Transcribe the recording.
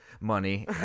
money